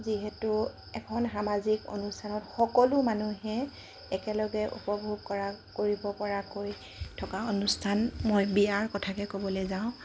যিহেতু এখন সামাজিক অনুষ্ঠানত সকলো মানুহে একেলগে উপভোগ কৰা কৰিব পৰাকৈ থকা অনুষ্ঠান মই বিয়াৰ কথাকে ক'বলৈ যাওঁ